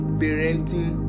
parenting